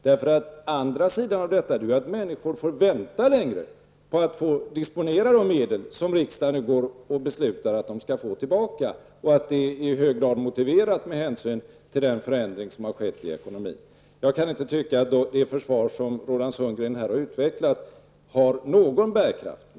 Den andra sidan av detta är att människor får vänta längre på att få disponera de medel som riksdagen nu skall besluta om att de skall få tillbaka. Det är i hög grad motiverat med hänsyn till den förändring som har skett i ekonomin. Jag tycker inte att det försvar som Roland Sundgren har utvecklat har någon bärkraft.